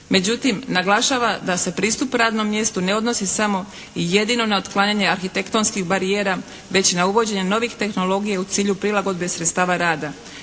Međutim naglašava da se pristup radnom mjestu ne odnosi samo i jedino na otklanjanje arhitektonskih barijera već na uvođenje novih tehnologija u cilju prilagodbe sredstava rada.